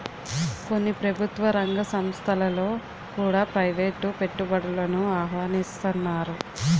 కొన్ని ప్రభుత్వ రంగ సంస్థలలో కూడా ప్రైవేటు పెట్టుబడులను ఆహ్వానిస్తన్నారు